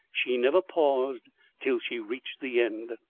she never paused till she reached the end.